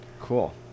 Cool